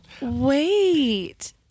Wait